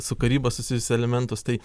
su karyba susijusius elementus tai